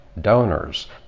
donors